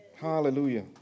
Hallelujah